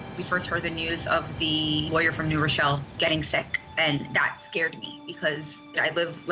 we first heard the news of the lawyer from new rochelle getting sick, and that scared me, because i live, like,